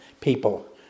people